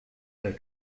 their